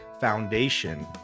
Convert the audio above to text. foundation